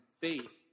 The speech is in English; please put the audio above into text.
faith